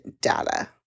data